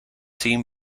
seen